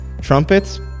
trumpets